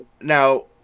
Now